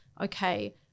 okay